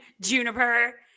Juniper